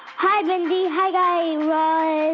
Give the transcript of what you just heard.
hi, mindy. hi, guy raz.